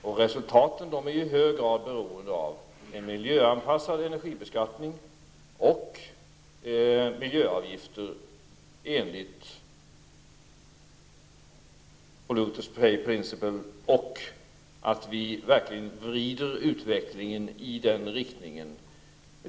Dessa resultat är i hög grad beroende av en miljöanpassad energibeskattning, miljöavgifter i enlighet med ''producers-pay-principle'' och att vi verkligen vrider utvecklingen i den riktningen.